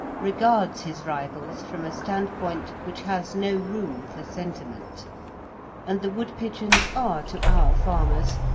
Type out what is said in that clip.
regards his rivals from a standpoint which has no room for sentiment and the woodpigeons are to our farmers,